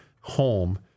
home